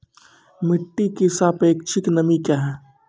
मिटी की सापेक्षिक नमी कया हैं?